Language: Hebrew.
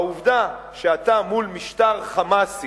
העובדה שאתה מול משטר "חמאסי",